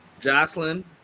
Jocelyn